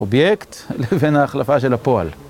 אובייקט לבין ההחלפה של הפועל.